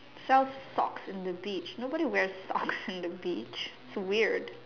sells socks in the beach nobody wears socks in the beach it's weird